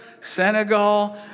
Senegal